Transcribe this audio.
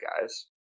guys